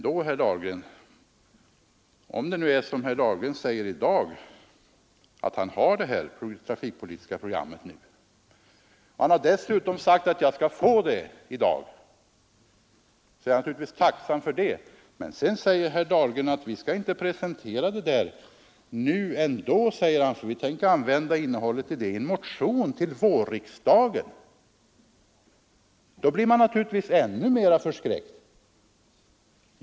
Men om det nu är som herr Dahlgren säger att man har det här trafikpolitiska programmet i dag — han har dessutom sagt att jag skall få det i dag — är jag naturligtvis tacksam för det. Men sedan säger herr Dahlgren: Vi skall inte presentera programmet nu, för vi tänker använda innehållet till en motion till vårriksdagen. Då blir man naturligtvis ännu mer förskräckt.